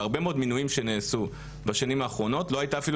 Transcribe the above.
בהרבה מאוד מינויים שנעשו בשנים האחרונות לא הייתה אפילו